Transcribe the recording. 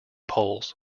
poles